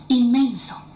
inmenso